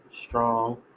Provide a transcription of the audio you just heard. strong